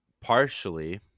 partially